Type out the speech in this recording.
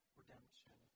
redemption